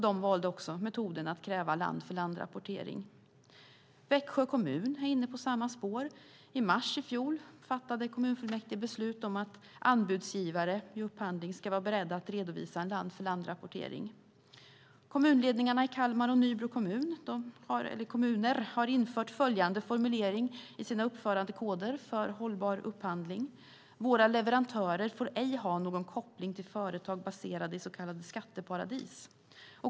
De valde också metoden att kräva land-för-land-rapportering. Växjö kommun är inne på samma spår. I mars i fjol fattade kommunfullmäktige beslut om att anbudsgivare vid upphandling ska vara beredda att redovisa en land-för-land-rapportering. Kommunledningarna i Kalmar och Nybro kommuner har infört följande formulering i sina uppförandekoder för hållbar upphandling: "Våra leverantörer får ej ha någon koppling till företag baserade i så kallade skatteparadis."